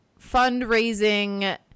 fundraising